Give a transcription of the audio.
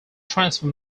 transfer